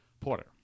Porter